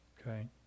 Okay